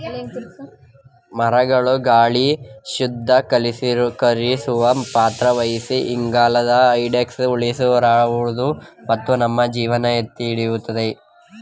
ಮರಗಳು ಗಾಳಿ ಶುದ್ಧೀಕರಿಸುವ ಪಾತ್ರ ವಹಿಸಿ ಇಂಗಾಲದ ಡೈಆಕ್ಸೈಡ್ ಉಸಿರಾಡುವುದು ಮತ್ತು ನಮ್ಮ ಜೀವನ ಎತ್ತಿಹಿಡಿದಿದೆ